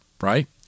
right